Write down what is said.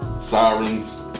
Sirens